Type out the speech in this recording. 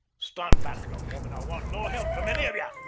stand back, young woman! i want no help from any of ye.